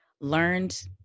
learned